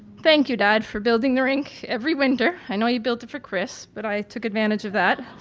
thank you dad for building the rink every winter, i know you built it for chris but i took advantage of that.